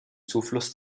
zufluss